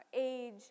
age